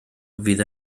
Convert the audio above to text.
fydd